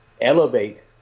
elevate